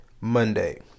Monday